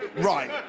right.